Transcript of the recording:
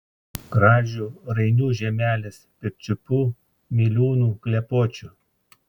kražių rainių žemelės pirčiupių miliūnų klepočių